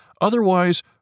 otherwise